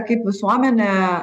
kaip visuomenė